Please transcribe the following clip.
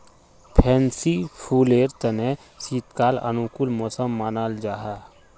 fancy फुलेर तने शीतकाल अनुकूल मौसम मानाल जाहा